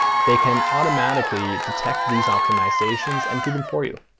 they can automatically detect these optimizations and do them for you.